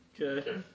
Okay